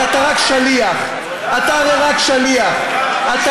אתה צריך להיות פה כל יום בשביל להרוס את המדינה הזאת מן היסוד.